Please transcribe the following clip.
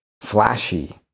flashy